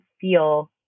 feel